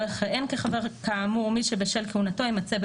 יכהן כחבר כאמור מי שבשל כהונתו יימצא,